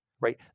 right